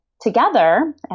together